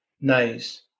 Nice